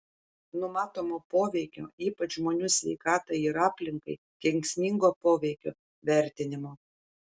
numatomo poveikio ypač žmonių sveikatai ir aplinkai kenksmingo poveikio vertinimo